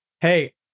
Hey